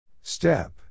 Step